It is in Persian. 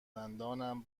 چگونه